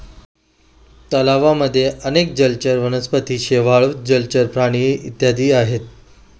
तलावांमध्ये अनेक जलचर वनस्पती, शेवाळ, जलचर प्राणी इत्यादी आहेत